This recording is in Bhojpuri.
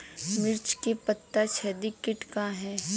मिर्च में पता छेदक किट का है?